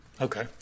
Okay